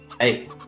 Hey